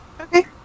Okay